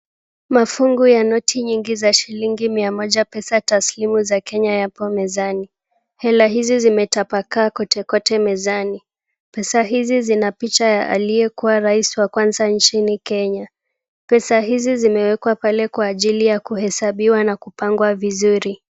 Mafungu ya noti nyingi za shilingi mia moja pesa taslimu za Kenya yapo mezani. Hela hizi zimetapakaa kote kote mezani. Pesa hizi zina picha ya aliyekuwa rais wa kwanza nchini Kenya. Pesa hizi zimewekwa pale kwa ajili ya kuhesabiwa na kupangwa vizuri.